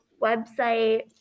website